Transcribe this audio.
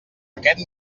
aquest